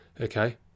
Okay